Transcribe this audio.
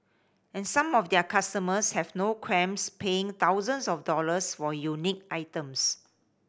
and some of their customers have no qualms paying thousands of dollars for unique items